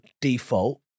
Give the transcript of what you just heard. default